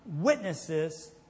witnesses